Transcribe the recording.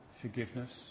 forgiveness